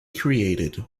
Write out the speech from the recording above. created